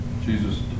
Jesus